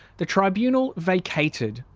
the tribunal vacated,